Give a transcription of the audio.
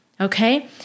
okay